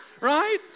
right